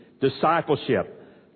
discipleship